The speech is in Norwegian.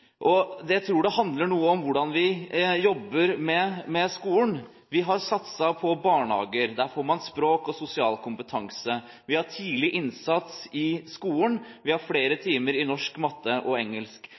klarer. Jeg tror det handler noe om hvordan vi jobber med skolen. Vi har satset på barnehager. Der får man språk og sosial kompetanse. Vi har «Tidlig innsats» i skolen, vi har flere